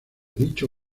dicho